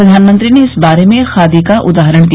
प्रधानमंत्री ने इस बारे में खादी का उदाहरण दिया